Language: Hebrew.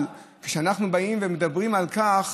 אבל כשאנחנו באים ומדברים על כך,